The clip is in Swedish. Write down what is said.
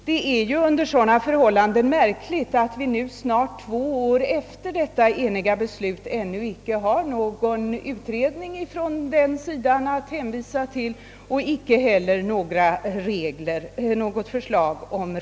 Det är under sådana förhållanden märkligt att det snart två år efter detta eniga beslut ännu inte finns någon utredning att hänvisa till och att förslag om regler inte finns framlagda.